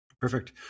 Perfect